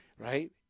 right